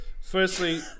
Firstly